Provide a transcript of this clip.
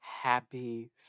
happy